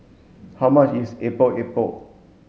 how much is Epok Epok